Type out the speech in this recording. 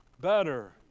better